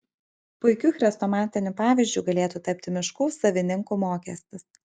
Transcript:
puikiu chrestomatiniu pavyzdžiu galėtų tapti miškų savininkų mokestis